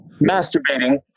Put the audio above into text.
masturbating